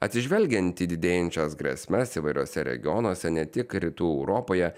atsižvelgiant į didėjančias grėsmes įvairiuose regionuose ne tik rytų europoje